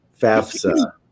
FAFSA